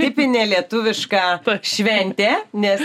tipinė lietuviška šventė nes